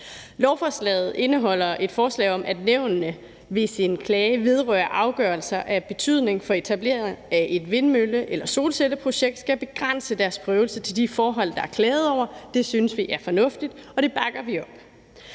Lovforslaget indeholder et forslag om, at nævnene, hvis en klage vedrører afgørelser, der er af betydning for etableringen af et vindmølle- eller solcelleprojekt, skal begrænse deres prøvelse til de forhold, der er klaget over, og det synes vi er fornuftigt, og det bakker vi op.